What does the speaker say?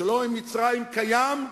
השלום עם מצרים קיים,